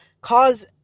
cause